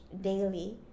daily